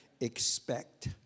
Expect